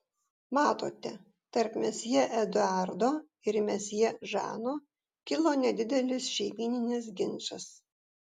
matote tarp mesjė eduardo ir mesjė žano kilo nedidelis šeimyninis ginčas